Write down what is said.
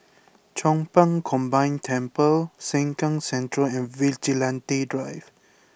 Chong Pang Combined Temple Sengkang Central and Vigilante Drive